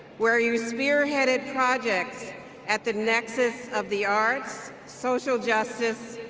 where you spearheaded projects at the nexus of the arts, social justice,